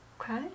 Okay